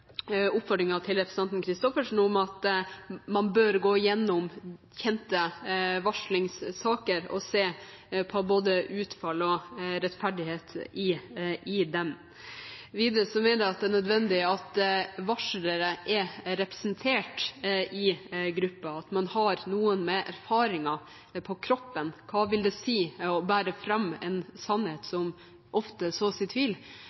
representanten Christoffersen om at man bør gå gjennom kjente varslingssaker og se på både utfall og rettferdighet i dem. Videre mener jeg det er nødvendig at varslere er representert i gruppen, at man i gruppen har noen med erfaring på kroppen om hva det vil si å bære fram en sannhet som det ofte sås tvil